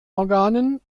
organen